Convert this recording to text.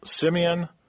Simeon